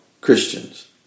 Christians